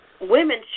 women